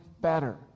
better